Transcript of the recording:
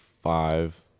five